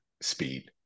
speed